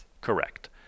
correct